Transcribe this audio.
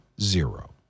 zero